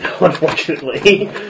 Unfortunately